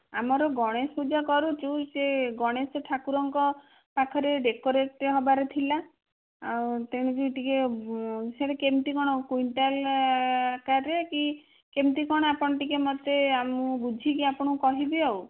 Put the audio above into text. ଆମର ଗଣେଶ ପୂଜା କରୁଛୁ ସେ ଗଣେଶ ଠାକୁରଙ୍କ ପାଖରେ ଡେକୋରେଟ୍ ହେବାର ଥିଲା ଆଉ ତେଣୁ କରି ଟିକିଏ ସେଇଟା କେମିତି କ'ଣ କୁଇଣ୍ଟାଲ ଆକାରରେ କି କେମିତି କ'ଣ ଆପଣ ଟିକିଏ ମୋତେ ମୁଁ ବୁଝିକି ଆପଣଙ୍କୁ କହିବି ଆଉ